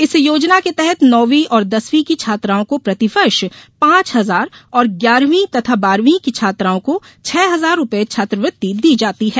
इस योजना के तहत नौंवी और दसवीं की छात्राओं को प्रतिवर्ष पांच हजार और ग्यारहवीं तथा बारहवीं की छात्राओं को छह हजार रुपये छात्रवृत्ति दी जाती है